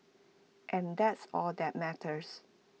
and that's all that matters